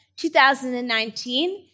2019